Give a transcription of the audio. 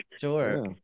sure